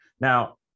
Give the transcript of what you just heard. Now